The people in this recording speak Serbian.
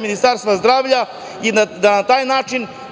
Ministarstva zdravlja i da na taj način